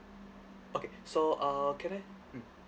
okay so uh can I mm